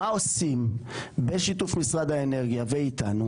מה עושים בשיתוף משרד האנרגיה ואיתנו?